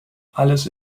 alles